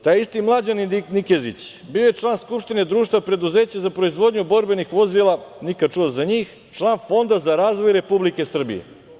Taj isti mlađani Nikezić bio je član Skupštine društva preduzeća za proizvodnju borbenih vozila, nikad čuo za njih, član Fonda za razvoj Republike Srbije.